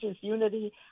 unity